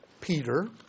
Peter